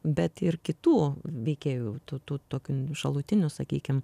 bet ir kitų veikėjų tų tų tokių šalutinių sakykim